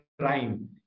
crime